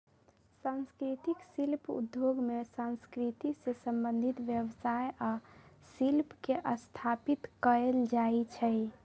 संस्कृतिक शिल्प उद्योग में संस्कृति से संबंधित व्यवसाय आ शिल्प के स्थापित कएल जाइ छइ